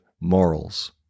morals